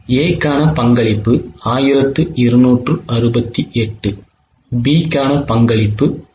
A க்கான பங்களிப்பு 1268 B க்கான பங்களிப்பு 204